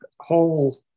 whole